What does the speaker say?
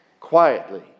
quietly